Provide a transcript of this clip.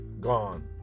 gone